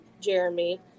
jeremy